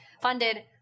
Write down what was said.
funded